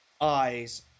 eyes